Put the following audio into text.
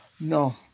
No